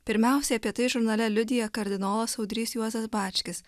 pirmiausiai apie tai žurnale liudija kardinolas audrys juozas bačkis